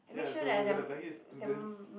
ya so we gotta target students